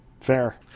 fair